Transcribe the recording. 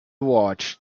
watched